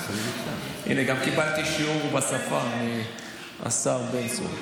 הינה, גם קיבלתי שיעור בשפה מהשר בן צור.